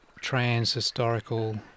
trans-historical